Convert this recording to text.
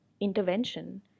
intervention